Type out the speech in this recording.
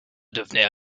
devenaient